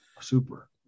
super